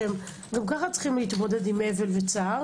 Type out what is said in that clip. הם גם ככה צריכים להתמודד עם אבל וצער,